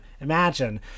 imagine